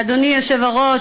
אדוני היושב-ראש,